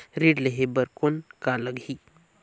ऋण लेहे बर कौन का लगही?